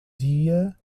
dia